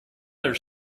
their